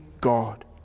God